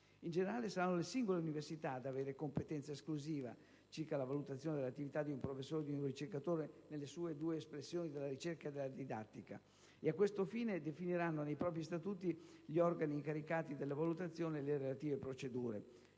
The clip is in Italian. In generale, saranno le singole università ad avere competenza esclusiva circa la valutazione dell'attività di un professore o di un ricercatore nelle sue due espressioni della ricerca e della didattica e, a questo fine, definiranno nei propri statuti gli organi incaricati delle valutazioni e le relative procedure.